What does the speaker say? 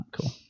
Cool